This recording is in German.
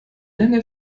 lange